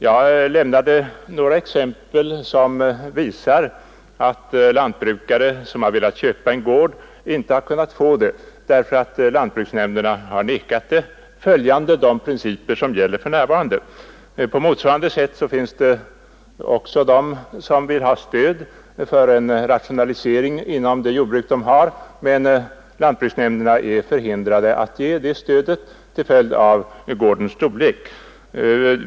Jag lämnade några exempel som visar att lantbrukare som har velat köpa en gård inte har fått det för lantbruksnämnderna till följd av de principer som gäller för närvarande. Det finns också de som vill ha stöd för en rationalisering inom de jordbruk de har, men lantbruksnämnderna är förhindrade att ge det stödet på grund av gårdens storlek.